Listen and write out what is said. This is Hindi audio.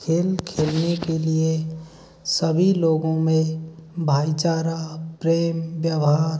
खेल खेलने के लिए सभी लोगों में भाईचारा प्रेम व्यवहार